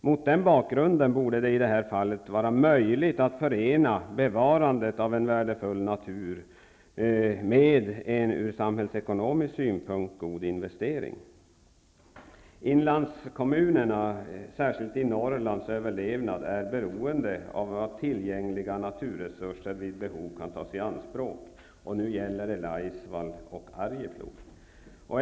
Mot den bakgrunden borde det i det här fallet vara möjligt att förena bevarandet av en värdefull natur med en från samhällsekonomisk synpunkt god investering. Norrland, är beroende av att tillgängliga naturresurser vid behov kan tas i anspråk. Nu gäller det Laisvall och Arjeplog.